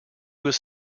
was